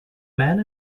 man